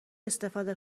استفاده